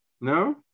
no